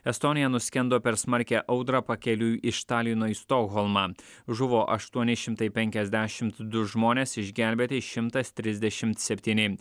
estonia nuskendo per smarkią audrą pakeliui iš talino į stokholmą žuvo aštuoni šimtai penkiasdešimt du žmonės išgelbėti šimtas trisdešimt septyni